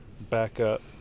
backup